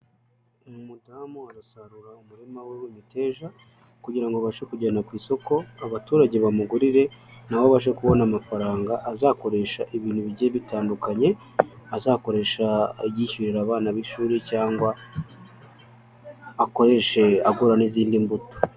Umudamu arasarura umurima we w'imiteja, kugira ngo abashe kugera ku isoko abaturage bamugurire na we abashe kubona amafaranga azakoresha ibintu bigiye bitandukanye, azakoresha yishyurira abana be ishuri cyangwa akoreshe agura n'izindi mbuto.